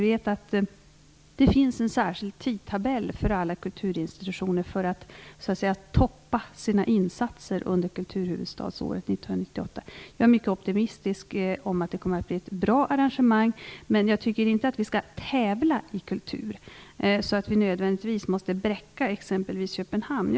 Det finns en särskild tidtabell för alla kulturinstitutioner för att "toppa" sina insatser under kulturhuvudstadsåret år 1998. Jag är mycket optimistisk om att det kommer att bli ett bra arrangemang. Men jag tycker inte att vi skall tävla i kultur så att vi nödvändigtvis måste bräcka exempelvis Köpenhamn.